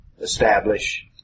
establish